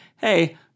hey